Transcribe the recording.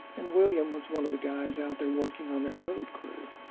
and william was one of the guys out there working on that road crew.